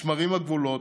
נשמרים הגבולות,